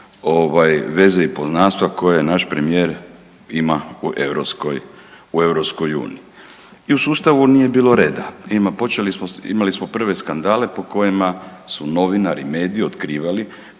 veze i poznanstva koje naš premijer ima u Europskoj uniji. I u sustavu nije bilo reda. Počeli smo, imali smo prve skandale po kojima su novinari, mediji otkrivali